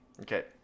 Okay